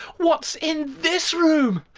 what's in this room?